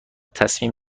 تصمیم